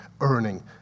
earning